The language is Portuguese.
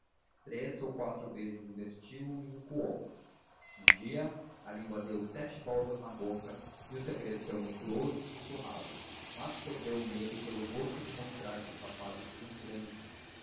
três ou quatro vezes investiu e recuou um dia a língua deu sete voltas na boca e o segredo saiu medroso e sussurrado mas perdeu o medo pelo gosto de mostrar que os rapazes seriam grandes